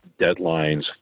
deadlines